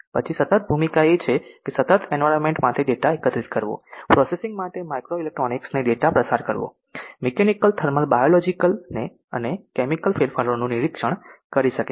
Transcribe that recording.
પછી સતત ભૂમિકા એ છે કે સતત એન્વાયરમેન્ટ માંથી ડેટા એકત્રિત કરવો પ્રોસેસિંગ માટે માઇક્રો ઇલેક્ટ્રોનિક્સ ને ડેટા પસાર કરવો મીકેનીકલ થર્મલ બાયોલોજીકલ અને કેમીકલ ફેરફારોનું નિરીક્ષણ કરી શકે છે